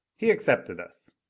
he accepted us.